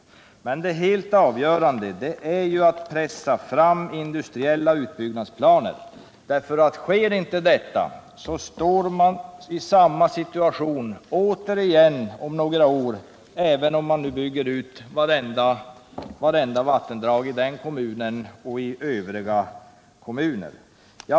vattendrag i norra Men det helt avgörande är att pressa fram industriella utbyggnads = Svealand och planer, för sker inte detta befinner man sig om några år i samma situation, - Norrland även om man bygger ut vartenda vattendrag i den kommunen och i övriga kommuner.